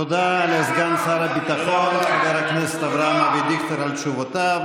תודה לסגן שר הביטחון חבר הכנסת אברהם אבי דיכטר על תשובותיו.